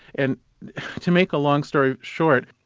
and to make a long story short,